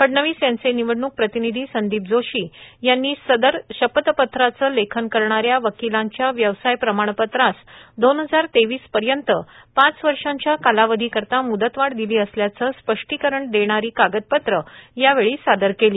फडणवीस यांचे निवडणूक प्रतिनिधी संदीप जोशी यांनी सदर शपथपत्राचे लेखन करणाऱ्या वकिलांच्या व्यवसाय प्रमाणपत्रास पाच वर्षाच्या कालावधी करीता मुदतवाढ दिली असल्याचं स्पष्टीकरण देणारी कागदपत्रं यावेळी सादर केली